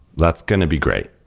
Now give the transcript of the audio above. that's going to be great.